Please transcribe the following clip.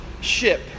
ship